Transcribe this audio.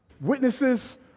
witnesses